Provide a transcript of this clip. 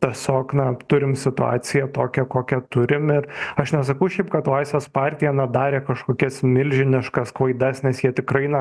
tiesiog na turim situaciją tokią kokią turim ir aš nesakau šiaip kad laisvės partija darė kažkokias milžiniškas klaidas nes jie tikrai na